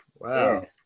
Wow